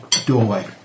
doorway